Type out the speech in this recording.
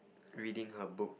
reading her book